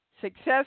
success